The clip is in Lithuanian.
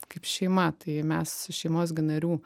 kaip šeima tai mes šeimos gi narių